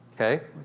okay